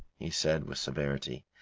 he said, with severity.